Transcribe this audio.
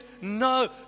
no